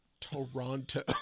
Toronto